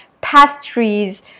pastries